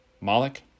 Moloch